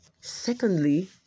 Secondly